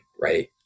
right